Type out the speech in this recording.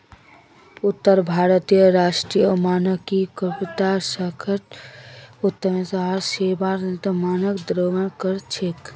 अंतरराष्ट्रीय मानकीकरण संगठन उत्पाद आर सेवार तने मानक प्रदान कर छेक